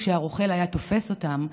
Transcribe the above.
כשהרוכל היה תופס אותם,